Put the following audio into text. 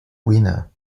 winner